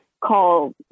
call